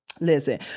Listen